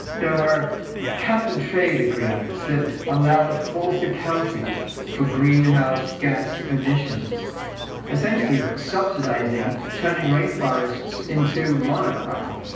there were cap and trade agreements that allowed false accounting for greenhouse gas emissions essentially subsidizing turning rain forests into monocropping.